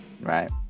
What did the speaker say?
Right